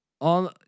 on